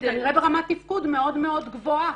היא כנראה ברמת תפקוד מאוד מאוד גבוהה.